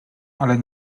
ale